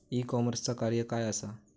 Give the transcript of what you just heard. E कॉमर्सचा कार्य काय असा?